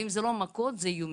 ואם זה לא מכות, זה איומים.